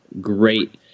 Great